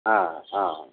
ஆ ஆ